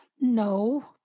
no